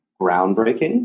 groundbreaking